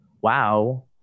wow